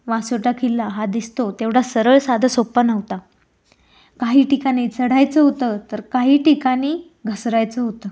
वासोटा किल्ला हा दिसतो तेवढा सरळ साधंसोप्पा नव्हता काही ठिकाणी चढायचं होतं तर काही ठिकाणी घसरायचं होतं